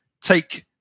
take